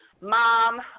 mom